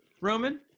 Roman